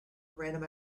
random